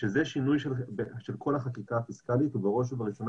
שזה שינוי של כל החקיקה הפיסקלית ובראש ובראשונה